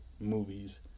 movies